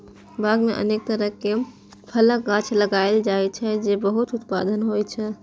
बाग मे अनेक तरहक फलक गाछ लगाएल जाइ छै, जे बहुत उत्पादक होइ छै